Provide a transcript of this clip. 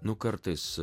nu kartais